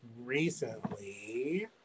recently